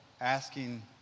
asking